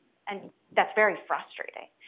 and that's very frustrating.